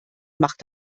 macht